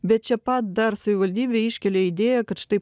bet čia pat dar savivaldybė iškelia idėją kad štai